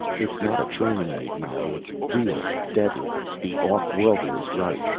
it's not a training aid you know. it's real. deadly. the off-worlder is right.